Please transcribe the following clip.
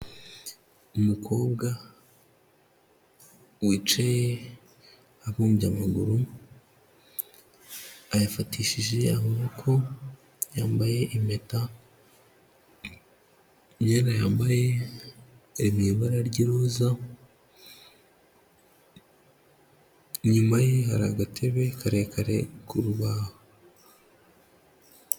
Umukobwa wicaye abumbye amaguru ayafatishije amaboko, yambaye impeta, imyenda yambaye iri mu ibara ry'iroza, inyuma ye hari agatebe karekare k'urubaho.